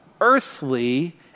earthly